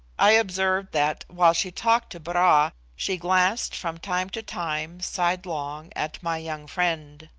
i observed that, while she talked to bra, she glanced, from time to time, sidelong at my young friend.